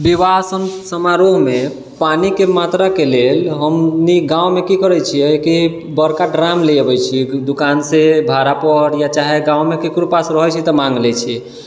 विवाह समारोहमे पानिके मात्राके लेल हमनी गाँवमे की करे छियै कि बड़का ड्राम ले अबै छियै दोकानसँ भाड़ापर या चाहे गाँवमे ककरो पास रहै छै तऽ माँग लै छी